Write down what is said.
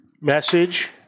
Message